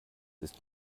ist